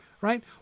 right